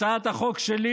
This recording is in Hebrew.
הצעת החוק שלי,